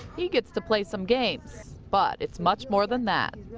he gets to play some games. but, it's much more than that.